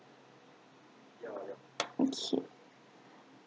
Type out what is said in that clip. okay